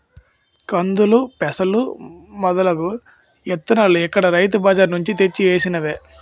కందులు, పెసలు మొదలగు ఇత్తనాలు ఇక్కడ రైతు బజార్ నుంచి తెచ్చి వేసినవే